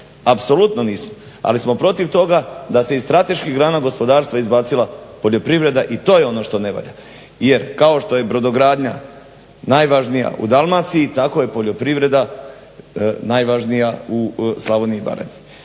Apsolutno nismo ali smo protiv toga da se iz strateških grana gospodarstva izbacila poljoprivreda i to je ono što ne valja. Jer kao što je brodogradnja najvažnija u Dalmaciji tako je poljoprivreda najvažnija u Slavoniji i Baranji.